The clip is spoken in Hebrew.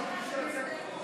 ביצוע